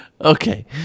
okay